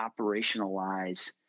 operationalize